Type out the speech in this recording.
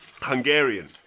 Hungarian